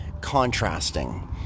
contrasting